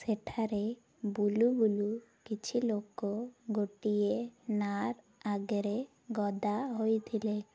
ସେଠାରେ ବୁଲୁ ବୁଲୁ କିଛି ଲୋକ ଗୋଟିଏ ନାଁ ଆଗରେ ଗଦା ହୋଇଥିଲେ